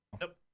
Nope